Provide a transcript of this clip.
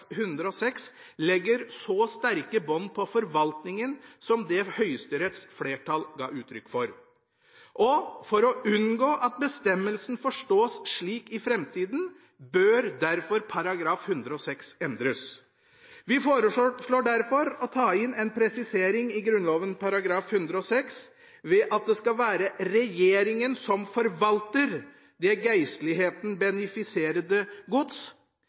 106 legger så sterke bånd på forvaltningen som det Høyesteretts flertall ga uttrykk for. For å unngå at bestemmelsen forstås slik i framtida bør derfor § 106 endres. Vi foreslår derfor å ta inn en presisering i Grunnloven § 106, ved at det skal være regjeringa som forvalter «det Geistlighedens beneficerede Gods».